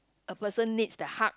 a person needs the hug